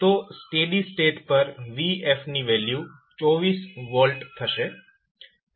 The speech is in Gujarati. તો સ્ટડી સ્ટેટ પર vf ની વેલ્યુ 24 V થશે